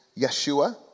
Yeshua